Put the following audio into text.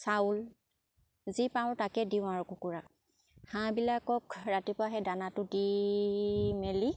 চাউল যি পাওঁ তাকে দিওঁ আৰু কুকুৰাক হাঁহবিলাকক ৰাতিপুৱা সেই দানাটো দি মেলি